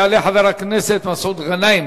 יעלה חבר הכנסת מסעוד גנאים,